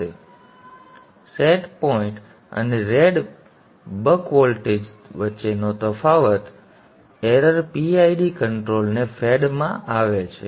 હવે set point અને રેડ બક વોલ્ટેજ વચ્ચેનો તફાવત ભૂલ PID કન્ટ્રોલરને ફેડ માં આવે છે